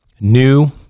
new